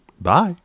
Bye